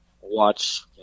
watch